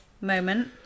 moment